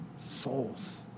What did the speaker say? souls